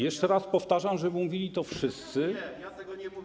Jeszcze raz powtarzam, że mówili to wszyscy.